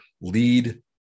lead